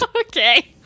okay